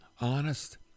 honest